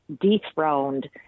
dethroned